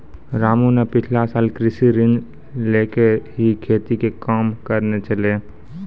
रामू न पिछला साल कृषि ऋण लैकॅ ही खेती के काम करनॅ छेलै